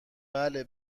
بله